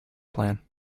plan